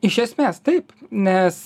iš esmės taip nes